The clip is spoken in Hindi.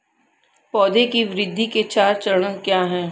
पौधे की वृद्धि के चार चरण क्या हैं?